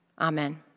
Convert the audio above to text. Amen